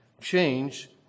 change